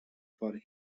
for